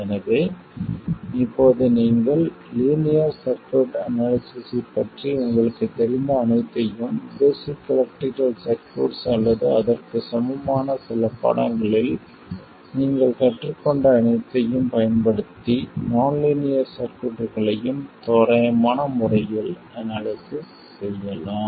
எனவே இப்போது நீங்கள் லீனியர் சர்க்யூட் அனாலிசிஸ் ஐப் பற்றி உங்களுக்குத் தெரிந்த அனைத்தையும் பேஸிக் எலக்ட்ரிகல் சர்க்யூட்ஸ் அல்லது அதற்குச் சமமான சில பாடங்களில் நீங்கள் கற்றுக்கொண்ட அனைத்தையும் பயன்படுத்தி நான் லீனியர் சர்க்யூட்களையும் தோராயமான முறையில் அனாலிசிஸ் செய்யலாம்